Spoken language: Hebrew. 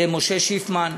משה שיפמן,